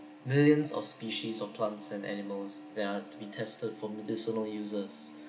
millions of species of plants and animals that are to be tested for medicinal uses